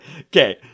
okay